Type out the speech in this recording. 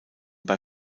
bei